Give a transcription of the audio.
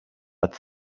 but